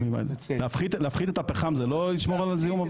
להפחית את הפחם זה לא לשמור על הזיהום?